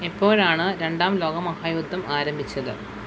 എപ്പോഴാണ് രണ്ടാം ലോക മഹായുദ്ധം ആരംഭിച്ചത്